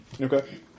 Okay